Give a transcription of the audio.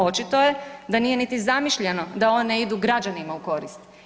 Očito je da nije niti zamišljeno da one idu građanima u korist.